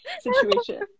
situation